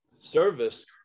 service